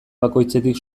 bakoitzetik